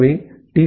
எனவே டி